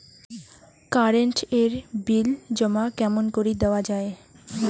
Current এর bill জমা কেমন করি দেওয়া যায়?